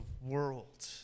world